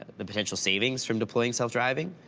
the potential savings from deploying self-driving,